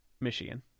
Michigan